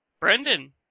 Brendan